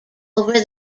over